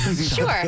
Sure